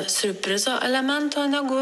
siurprizo elemento negu